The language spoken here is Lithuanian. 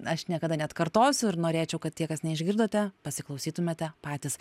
aš niekada neatkartosiu ir norėčiau kad tie kas neišgirdote pasiklausytumėte patys